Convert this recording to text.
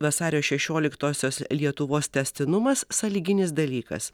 vasario šešioliktosios lietuvos tęstinumas sąlyginis dalykas